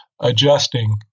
adjusting